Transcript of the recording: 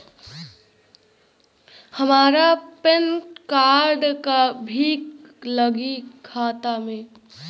हमार PAN card भी लगी खाता में?